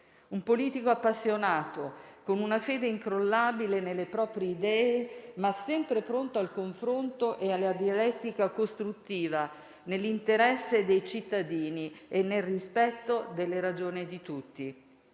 un politico appassionato, con una fede incrollabile nelle proprie idee, ma sempre pronto al confronto e alla dialettica costruttiva, nell'interesse dei cittadini e nel rispetto delle ragioni di tutti.